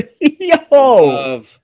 Yo